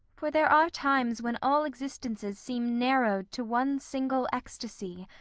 for there are times when all existences seem narrowed to one single ecstasy,